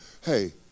hey